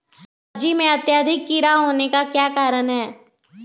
सब्जी में अत्यधिक कीड़ा होने का क्या कारण हैं?